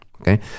okay